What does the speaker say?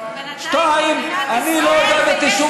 בינתיים במדינת ישראל,